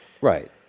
Right